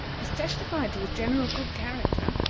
has testified to his general good character.